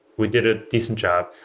we did a decent job.